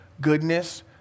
goodness